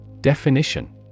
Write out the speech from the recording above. Definition